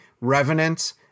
Revenant